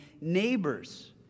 neighbors